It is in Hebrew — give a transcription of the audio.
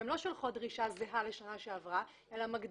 והן לא שולחות דרישה זהה לשנה שעברה אלא מגדילות